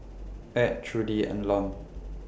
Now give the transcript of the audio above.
Ed Trudie and Lon